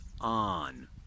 on